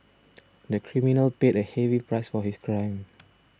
the criminal paid a heavy price for his crime